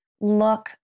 look